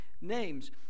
names